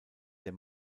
der